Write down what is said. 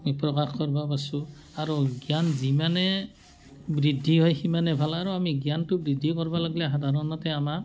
আমি প্ৰকাশ কৰিব পাৰিছোঁ আৰু জ্ঞান যিমানে বৃদ্ধি হয় সিমানে ভাল আৰু আমি জ্ঞানটো বৃদ্ধি কৰিব লাগিলে সাধাৰণতে আমাৰ